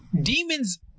demons